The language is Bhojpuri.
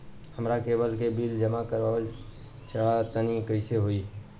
हमरा केबल के बिल जमा करावल चहा तनि कइसे होई?